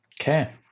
Okay